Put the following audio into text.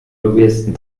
lobbyisten